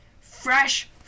fresh